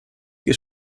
ist